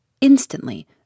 Instantly